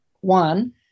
One